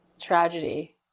tragedy